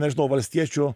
nežinau valstiečių